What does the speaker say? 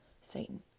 Satan